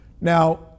Now